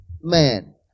man